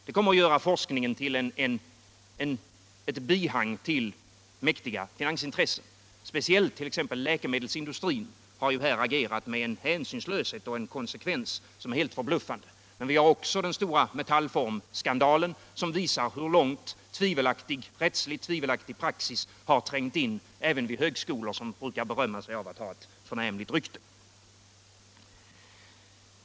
Det kommer att göra forskningen till ett bihang till mäktiga finansintressen. Speciellt läkemedelsindustrin har här agerat med en hänsynslöshet och konsekvens som är helt förbluffande. Vi har också den stora Metallformskandalen, som visar hur långt rättsligt tvivelaktig praxis har trängt in även i högskolor som brukar berömma sig av ett förnämligt rykte.